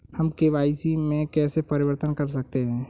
हम के.वाई.सी में कैसे परिवर्तन कर सकते हैं?